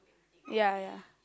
ya ya